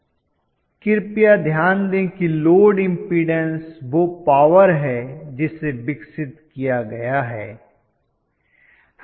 professor कृपया ध्यान दें कि लोड इम्पीडन्स वह पॉवर है जिसे विकसित किया गया है